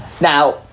Now